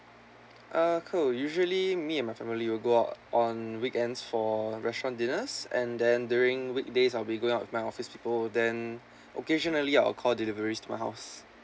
uh cool usually me and my family will go out on weekends for restaurant dinners and then during weekdays I'll be going out with my office people then occasionally I'll call deliveries to my house